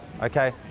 okay